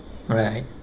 alright